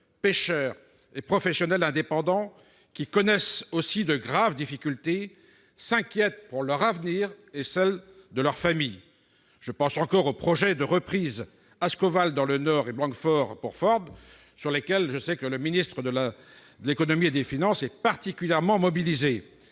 pêcheurs et professionnels indépendants qui connaissent aussi de graves difficultés et s'inquiètent pour leur avenir et celui de leur famille. Je pense encore aux projets de reprises d'Ascoval, dans le Nord, et de Ford à Blanquefort, pour lesquels le ministre de l'économie et des finances est particulièrement mobilisé.